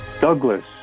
Douglas